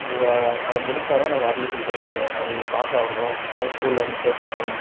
இவன் அதை முடித்தாதான் நாங்கள் அட்மிஷன் தருவோம் சார் அதில் நீங்கள் பாஸ் ஆகணும் அப்போதான் ஸ்கூலில் வந்து சேர்த்துப்போம்